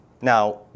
Now